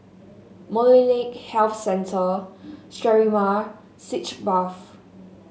Molnylcke Health Centre Sterimar Sitz Bath